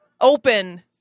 open